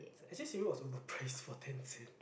actually cereal was overpriced for ten cents